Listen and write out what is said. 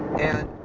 and